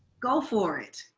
go for it.